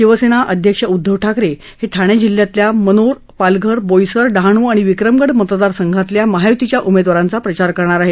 शिवसेना अध्यक्ष उद्दव ठाकरे हे ठाणे जिल्ह्यातल्या मनोर पालघर बोईसर डहाणू आणि विक्रमगड मतदारसंघातल्या महायुतीच्या उमेदवारांचा प्रचार करणार आहेत